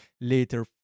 later